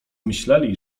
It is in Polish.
myśleli